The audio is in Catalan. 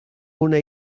una